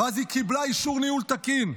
ואז היא קיבלה אישור ניהול תקין.